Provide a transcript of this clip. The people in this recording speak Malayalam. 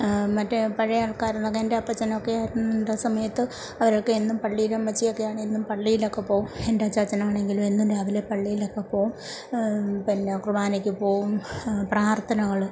മറ്റേ പഴയ ആൾക്കാർ എന്നൊക്കെ എൻ്റെ അപ്പച്ചൻ ഒക്കെ എൻ്റെ സമയത്ത് അവരൊക്കെ എന്നും പള്ളിയിൽ അമ്മച്ചി ഒക്കെ ആണെങ്കിൽ എന്നും പള്ളിയിൽ ഒക്കെ പോവും എൻറെ അച്ചാച്ചൻ ആണെങ്കിലും എന്നും രാവിലെ പള്ളിയിലൊക്കെ പോവും പിന്ന കുർബാനയ്ക്ക് പോവും പ്രാർത്ഥനകൾ